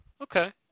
okay